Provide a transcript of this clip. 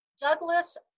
Douglas